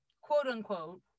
quote-unquote